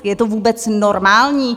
Je to vůbec normální?